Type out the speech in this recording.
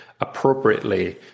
appropriately